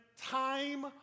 time